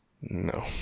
No